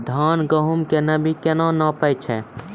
धान, गेहूँ के नमी केना नापै छै?